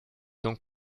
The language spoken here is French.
donc